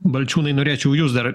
balčiūnai norėčiau jus dar